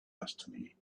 destiny